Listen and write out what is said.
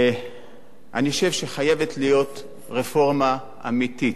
אני חושב שחייבת להיות רפורמה אמיתית.